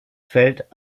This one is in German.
fällt